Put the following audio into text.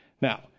Now